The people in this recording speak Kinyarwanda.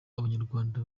abanyarwanda